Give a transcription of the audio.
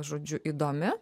žodžiu įdomi